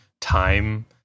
time